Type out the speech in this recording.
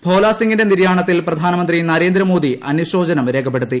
ഭോല സിംഗിന്റെ നിര്യാണത്തിൽ പ്രധാനമന്ത്രി നരേന്ദ്രമോദി അനുശോചനം രേഖപ്പെടുത്തി